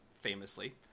famously